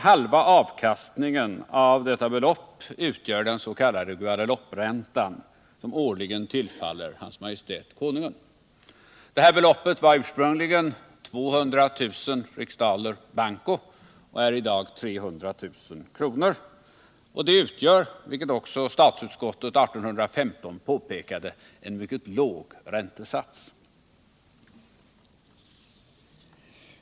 Halva avkastningen av detta belopp utgör den s.k. Guadelouperäntan, som årligen tillfaller hans majestät konungen. Det här beloppet var ursprungligen 200 000 riksdaler banco och är i dag 300 000 kr. Det utgör, vilket också statsutskottet år 1815 påpekade, en mycket låg ränta.